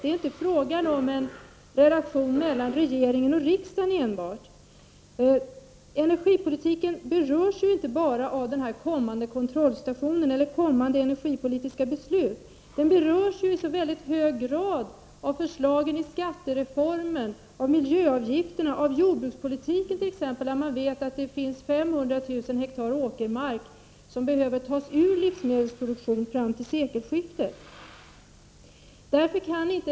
Det är inte fråga om en relation enbart mellan regeringen och riksdagen. Energipolitiken berörs inte bara av den kommande kontrollstationen eller av kommande energipolitiska beslut. Den berörs i väldigt hög grad av förslagen i skattereformen, av miljöavgifterna och av t.ex. jordbrukspolitiken — man vet t.ex. att det finns 500000 hektar åkermark som fram till sekelskiftet behöver tas ur livsmedelsproduktion.